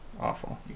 awful